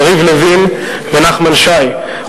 יריב לוין ונחמן שי,